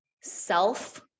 self